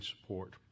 support